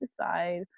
decide